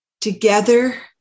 Together